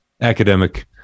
academic